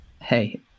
Hey